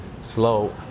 slow